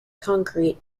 concrete